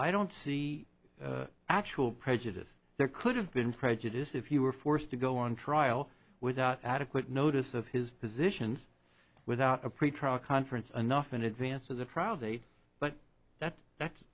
i don't see actual prejudice there could have been prejudice if you were forced to go on trial without adequate notice of his positions without a pretrial conference enough in advance of the trial date but that that's